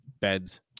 Beds